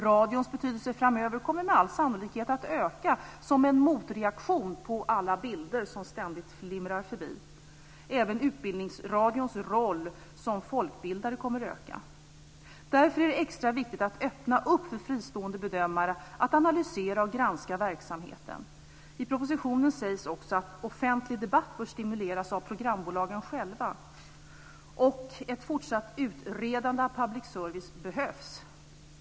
Radions betydelse framöver kommer med all sannolikhet att öka, som en motreaktion på alla bilder som ständigt flimrar förbi. Även Utbildningsradions roll som folkbildare kommer att öka. Därför är det extra viktigt att öppna för fristående bedömare att analysera och granska verksamheten. I propositionen sägs också att offentlig debatt bör stimuleras av programbolagen själva och att ett fortsatt utredande av public service behövs.